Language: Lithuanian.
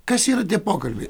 kas yra tie pokalbiai